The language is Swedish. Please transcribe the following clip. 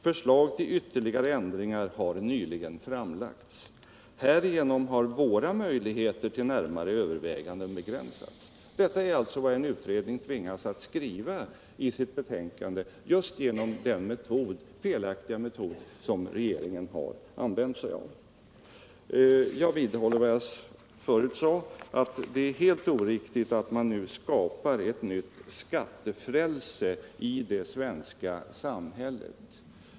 Förslag till ytterligare ändringar har nyligen framlagts. Härigenom har våra möjligheter till närmare överväganden begränsats. Detta är alltså vad en utredning tvingas att skriva i sitt betänkande genom den felaktiga metod som regeringen har använt sig av. Jag vidhåller vad jag förut sade, att det är helt oriktigt att man nu skapar ett nytt skattefrälse i det svenska samhället.